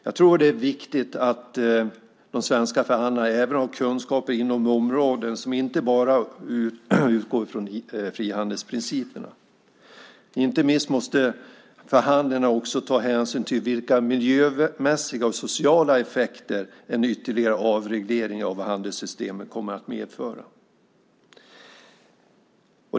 Jag tror att det är viktigt att de svenska förhandlarna även har kunskaper inom områden som inte bara utgår från frihandelsprinciperna. Förhandlingarna måste inte minst ta hänsyn till vilka miljömässiga och sociala effekter en ytterligare avreglering av handelssystemet kommer att medföra.